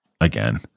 again